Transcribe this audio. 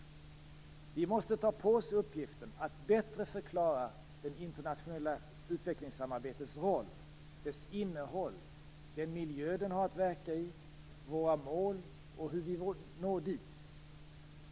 Vi måste ta på oss uppgiften att bättre förklara det internationella utvecklingssamarbetets roll, dess innehåll, den miljö den har att verka i, våra mål och hur vi når dit.